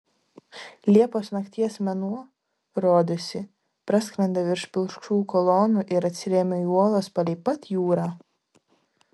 liepos nakties mėnuo rodėsi prasklendė virš pilkšvų kolonų ir atsirėmė į uolas palei pat jūrą